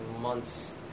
months